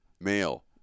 Male